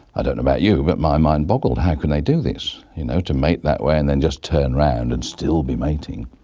i don't know about you, but my mind boggled, how can they do this, you know, to mate that way and then just turn around and still be mating.